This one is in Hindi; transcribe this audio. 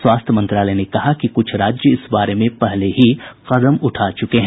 स्वास्थ्य मंत्रालय ने कहा कि कुछ राज्य इस बारे में पहले ही कदम उठा चुके हैं